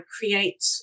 create